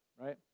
right